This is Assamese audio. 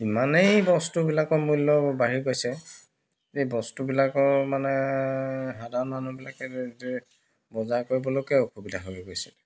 ইমানেই বস্তুবিলাকৰ মূল্য বাঢ়ি গৈছে এই বস্তুবিলাকৰ মানে সাধাৰণ মানুহবিলাকে বজাৰ কৰিবলৈকে অসুবিধা হৈ গৈছে